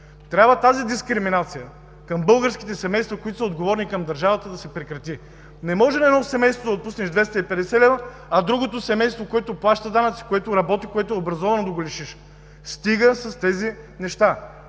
Трябва тази дискриминация към българските семейства, които са отговорни към държавата, да се прекрати! Не може на едно семейство да отпуснеш 250 лв., а другото семейство, което плаща данъци, което работи, което е образовано, да го лишиш. Стига с тези неща!